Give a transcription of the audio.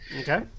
okay